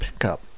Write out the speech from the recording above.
pickup